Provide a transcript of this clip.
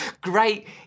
Great